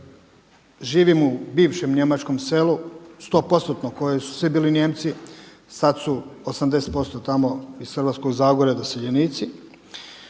živim u bivšem njemačkom selu sto postotno koje su svi bili Nijemci. Sad su 80% tamo iz Hrvatskog zagorja doseljenici.